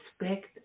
respect